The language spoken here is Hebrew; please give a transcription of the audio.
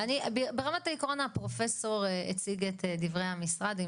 ברמת העיקרון פרופ' אש הציג את דברי המשרד.